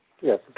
Yes